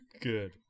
Good